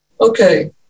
Okay